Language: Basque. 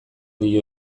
dio